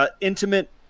intimate